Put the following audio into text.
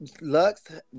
Lux